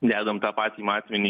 dedam tą patį matmenį